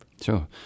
sure